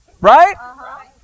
right